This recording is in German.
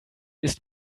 ist